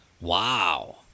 Wow